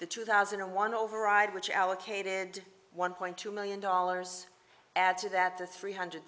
the two thousand and one override which allocated one point two million dollars add to that the three hundred